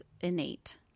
innate